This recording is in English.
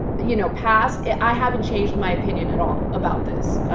you know past i haven't changed my opinion at all about this ah.